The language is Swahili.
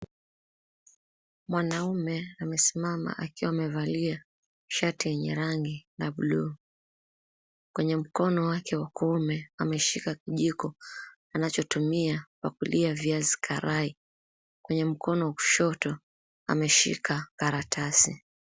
Mwanamume amesimama akiwa amevalia shati lenye rangi ya bluu. Kwenye mkono wake wa kuume ameshika kijiko anachotumia kupakulia viazi karai, kwenye mkono wa kushoto ameshika karatasi.